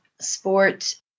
sport